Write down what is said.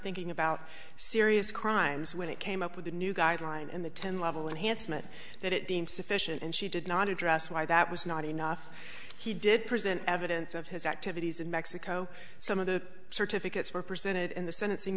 thinking about serious crimes when it came up with a new guideline in the ten level enhanced mut that it deemed sufficient and she did not address why that was not enough he did present evidence of his activities in mexico some of the certificates were presented in the